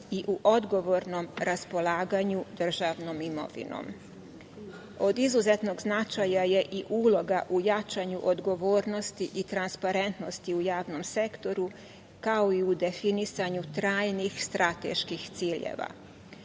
i u odgovornom raspolaganju državnom imovinom. Od izuzetnog značaja je i uloga u jačanju odgovornosti i transparentnosti u javnom sektoru, kao i u definisanju trajnih strateških ciljeva.